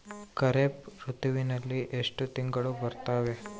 ಖಾರೇಫ್ ಋತುವಿನಲ್ಲಿ ಎಷ್ಟು ತಿಂಗಳು ಬರುತ್ತವೆ?